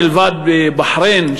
מלבד בחריין,